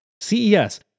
CES